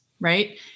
Right